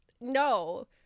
no